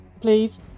Please